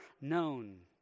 known